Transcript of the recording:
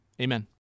Amen